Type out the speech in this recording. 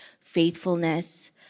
faithfulness